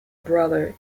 brother